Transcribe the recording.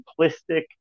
simplistic